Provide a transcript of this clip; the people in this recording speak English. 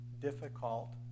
difficult